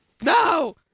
No